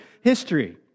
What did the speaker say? history